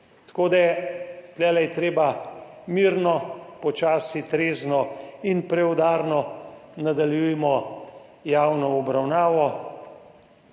Tako da je tu treba mirno, počasi, trezno in preudarno nadaljevati javno obravnavo,